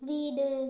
வீடு